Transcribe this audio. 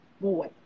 boy